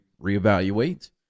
reevaluate